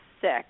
six